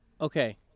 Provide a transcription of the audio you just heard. Okay